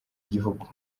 igihugu